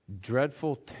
dreadful